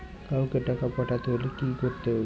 কাওকে টাকা পাঠাতে হলে কি করতে হবে?